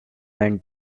when